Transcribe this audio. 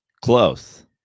Close